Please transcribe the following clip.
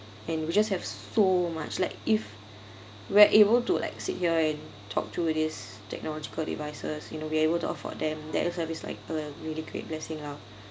and we just have so much like if we're able to like sit here and talk to it is technological devices you know we're able to afford them that also it's like a really great blessing lah